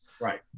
Right